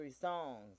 songs